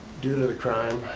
due to the crime